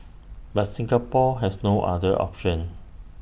but Singapore has no other option